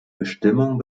bestimmung